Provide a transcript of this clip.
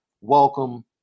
welcome